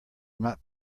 not